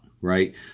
right